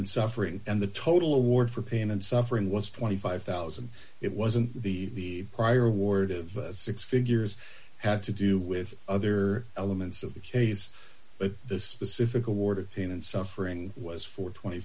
and suffering and the total award for pain and suffering was twenty five thousand dollars it wasn't the prior ward of six figures had to do with other elements of the case but the specific award of pain and suffering was for twenty